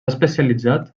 especialitzat